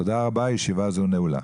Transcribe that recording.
תודה רבה, הישיבה הזו נעולה.